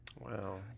Wow